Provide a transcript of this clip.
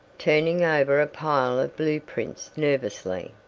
turning over a pile of blueprints nervously.